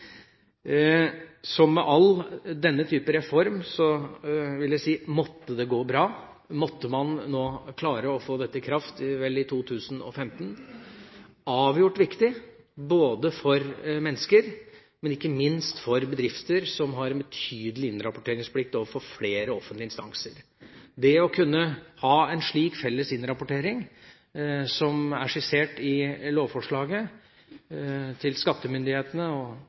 Som med all denne type reform vil jeg si: Måtte det gå bra, måtte man nå klare å få dette i kraft i 2015! Det er avgjort viktig for mennesker, men ikke minst for bedrifter, som har en betydelig innrapporteringsplikt overfor flere offentlige instanser. Det å kunne ha en slik felles innrapportering som er skissert i lovforslaget, til skattemyndighetene, til Nav og